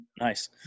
Nice